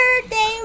birthday